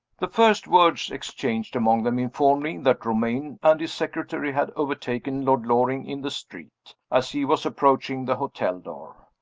the first words exchanged among them informed me that romayne and his secretary had overtaken lord loring in the street, as he was approaching the hotel door.